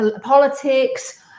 politics